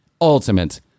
ultimate